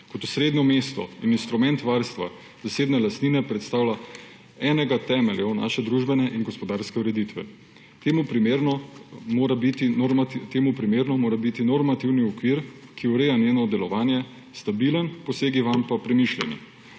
Kot osrednje mesto in instrument varstva zasebne lastnine predstavlja enega temeljev naše družbene in gospodarske ureditve. Temu primerno mora biti normativni okvir, ki ureja njeno delovanje, stabilen, posegi vanj pa premišljeni.